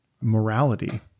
morality